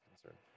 concerned